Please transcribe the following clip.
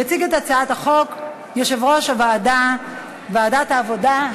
יציג את הצעת החוק יושב-ראש ועדת העבודה,